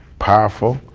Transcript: powerful,